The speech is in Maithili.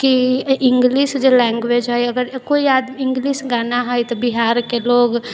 कि इंगलिश जे लैंग्वेज है अगर कोइ आदमी इङ्गलिश गाना है तऽ बिहारके लोक